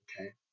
Okay